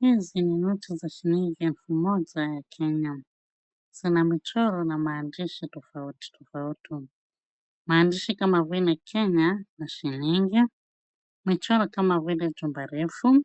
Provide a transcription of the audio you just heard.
Hizi ni noti za shilingi elfu moja ya Kenya. Zina michoro na maandishi tofauti tofauti. Maandishi kama vile Kenya na shilingi. Michoro kama vile chumba refu,